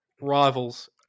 rivals